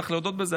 צריך להודות בזה,